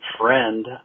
friend